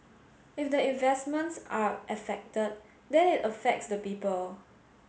if the investments are affected then it affects the people